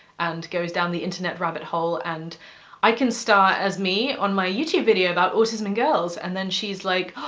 and goes down the internet rabbit hole, and i can star as me on my youtube video about autism and girls, and then she's like.